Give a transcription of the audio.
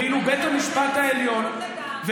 ואילו בית המשפט העליון, מה עם זכויות אדם?